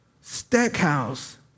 Stackhouse